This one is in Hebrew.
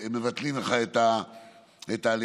מבטלים לך את ההליכים,